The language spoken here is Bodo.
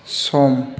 सम